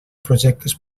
projectes